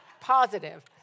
positive